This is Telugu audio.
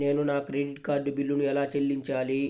నేను నా క్రెడిట్ కార్డ్ బిల్లును ఎలా చెల్లించాలీ?